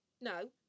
no